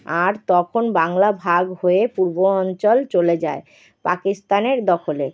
আর তখন বাংলা ভাগ হয়ে পূর্ব অঞ্চল চলে যায় পাকিস্তানের দখলে